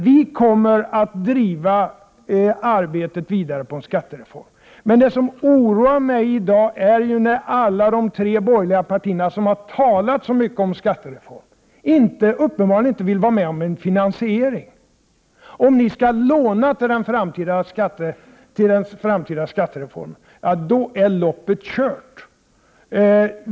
Vi kommer att driva arbetet vidare på en skattereform. Det som oroar mig i dag är att de tre borgerliga partierna, som har talat så mycket om behovet av en skattereform, uppenbarligen inte vill vara med om någon finansiering av den. Om ni skall låna till den framtida skattereformen, då är loppet kört.